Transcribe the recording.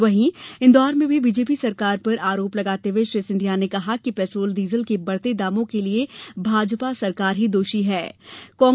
वहीं इंदौर में भी बीजेपी सरकार पर आरोप लगाते हुए श्री सिंधिया ने पेट्रोल डीजल के बढ़ते दामों के लिए भाजपा सरकार को दोषी ठहराया